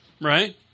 right